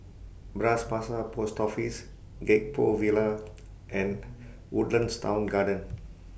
Bras Basah Post Office Gek Poh Villa and Woodlands Town Garden